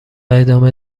ادامه